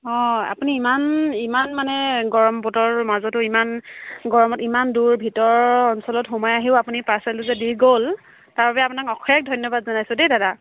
অঁ আপুনি ইমান ইমান মানে গৰম বতৰৰ মাজতো ইমান গৰমত ইমান দূৰ ভিতৰৰ অঞ্চলত সোমাই আহিও আপুনি পাৰ্চেলটো যে দি গ'ল তাৰ বাবে আপোনাক অশেষ ধন্যবাদ জনাইছোঁ দেই দাদা